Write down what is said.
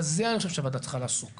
בזה אני חושב שהוועדה צריכה לעסוק.